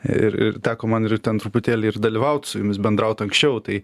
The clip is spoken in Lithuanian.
ir ir teko man ir ten truputėlį ir dalyvaut su jumis bendraut anksčiau tai